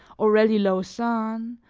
already lausanne,